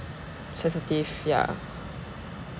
sensitive ya